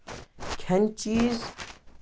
کھٮ۪نہٕ چیٖز